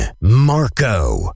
Marco